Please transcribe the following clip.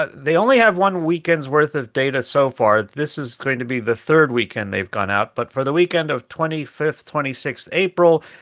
but they only have one weekend's worth of data so far. this is going to be the third weekend they've gone out. but for the weekend of twenty five, twenty six april,